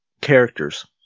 characters